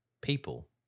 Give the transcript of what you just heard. people